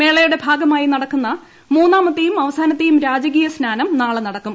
മേളയുടെ ഭാഗമായി നടക്കുന്ന മൂന്നാമത്തെയും അവസാനത്തെയും രാജകീയ സ്നാനം നാളെ നടക്കും